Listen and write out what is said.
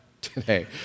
today